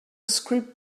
script